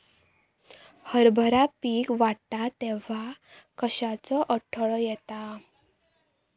हरभरा पीक वाढता तेव्हा कश्याचो अडथलो येता?